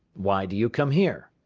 why do you come here?